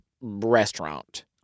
restaurant